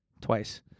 Twice